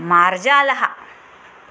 मार्जालः